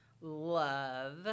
love